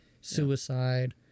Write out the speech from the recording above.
suicide